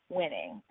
winning